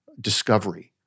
discovery